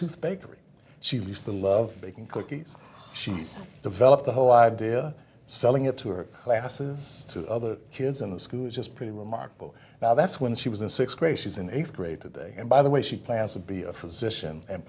tooth bakery she used to love making cookies she's developed the whole idea selling it to her classes to other kids in the school which is pretty remarkable now that's when she was in sixth grade she's in eighth grade today and by the way she plans to be a physician and